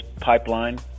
pipeline